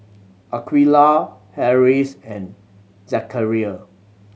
Aqeelah Harris and Zakaria